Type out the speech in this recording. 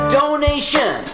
donation